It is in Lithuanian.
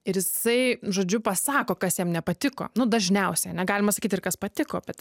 ir jisai žodžiu pasako kas jam nepatiko nu dažniausiai ane galima sakyt ir kas patiko bet